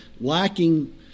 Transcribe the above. lacking